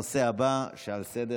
להלן תוצאות ההצבעה: שבעה בעד,